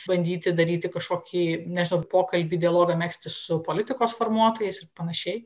bandyti daryti kažkokį nežinau pokalbį dialogą megzti su politikos formuotojais panašiai